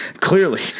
Clearly